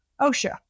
OSHA